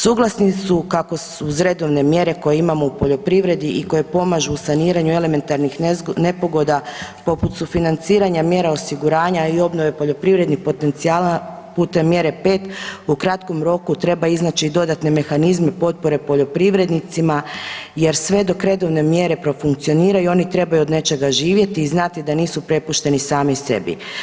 Suglasni su kako uz redovne mjere koje imamo u poljoprivredi i koje pomažu u saniranju elementarnih nepogoda poput sufinanciranja mjera osiguranja, a i obnove poljoprivrednih potencijala putem mjere 5 u kratkom roku treba iznaći dodatne mehanizme poljoprivrednicima jer sve dok redovne mjere profunkcioniraju oni trebaju od nečega živjeti i znati da nisu prepušteni sami sebi.